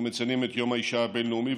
אנחנו מציינים את יום האישה הבין-לאומי,